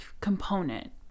component